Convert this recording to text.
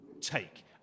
take